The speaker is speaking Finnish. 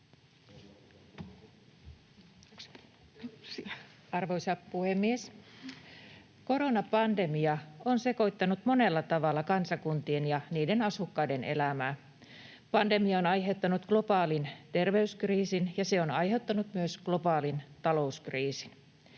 Arvoisa puhemies! Koronapandemia on sekoittanut monella tavalla kansakuntien ja niiden asukkaiden elämää. Pandemia on aiheuttanut globaalin terveyskriisin, ja se on aiheuttanut myös globaalin talouskriisin.